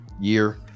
year